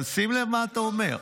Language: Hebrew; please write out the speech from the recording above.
אבל שים לב מה אתה אומר.